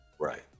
right